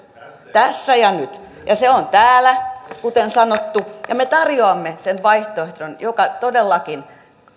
tässä ja nyt se on täällä kuten sanottu ja me tarjoamme vaihtoehdon joka todellakin